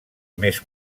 més